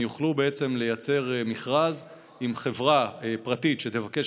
הם יוכלו בעצם לייצר מכרז עם חברה פרטית שתבקש